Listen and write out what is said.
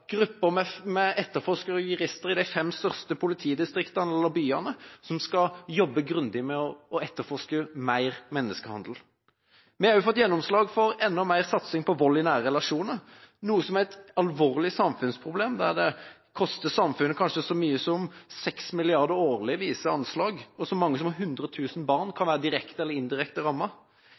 grupper, eller grupper med etterforskere, jurister, i de fem største politidistriktene eller byene, som skal jobbe grundig med å etterforske mer menneskehandel. Vi har også fått gjennomslag for enda mer satsing på vold i nære relasjoner, noe som er et alvorlig samfunnsproblem – det koster samfunnet kanskje så mye som 6 mrd. kr årlig, viser anslag, og så mange som 100 000 barn kan være direkte eller indirekte